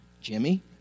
Jimmy